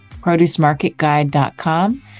producemarketguide.com